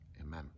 Amen